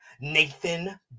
nathan